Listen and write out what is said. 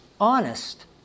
honest